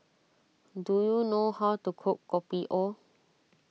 do you know how to cook Kopi O